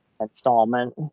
installment